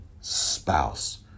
spouse